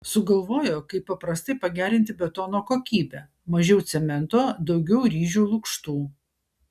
sugalvojo kaip paprastai pagerinti betono kokybę mažiau cemento daugiau ryžių lukštų